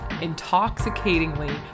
intoxicatingly